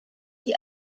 die